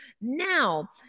Now